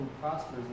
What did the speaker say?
prospers